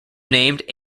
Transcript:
named